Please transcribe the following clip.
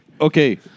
Okay